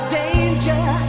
danger